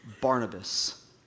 Barnabas